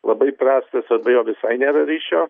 labai prastas arba jo visai nėra ryšio